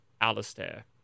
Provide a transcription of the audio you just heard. Alistair